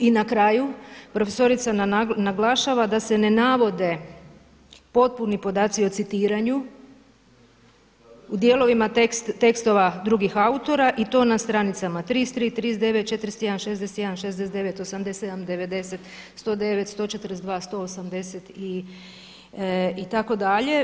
I na kraju profesorica naglašava da se ne navode potpuni podaci o citiranju u dijelovima tekstova drugih autora i to na stranicama 33, 39, 41, 61, 69, 87, 90, 109, 142, 180 itd.